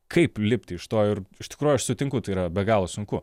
kaip lipti iš to ir iš tikrųjų aš sutinku tai yra be galo sunku